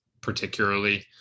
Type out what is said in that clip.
particularly